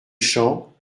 champs